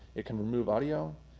it can remove audio.